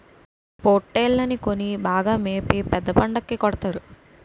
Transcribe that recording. పోట్టేల్లని కొని బాగా మేపి పెద్ద పండక్కి కొడతారు